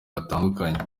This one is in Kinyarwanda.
batandukanye